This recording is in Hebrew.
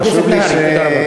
חבר הכנסת נהרי, תודה רבה.